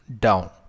down